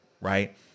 right